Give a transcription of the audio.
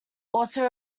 also